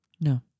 No